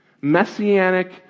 messianic